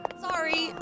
Sorry